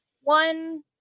one